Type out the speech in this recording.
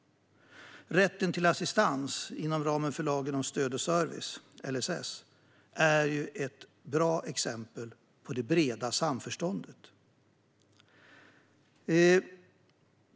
Rätten till assistans inom ramen för lagen om stöd och service, LSS, är ett bra exempel på det breda samförståndet.